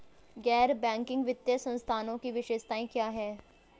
गैर बैंकिंग वित्तीय संस्थानों की विशेषताएं क्या हैं?